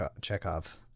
Chekhov